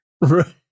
Right